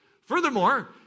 Furthermore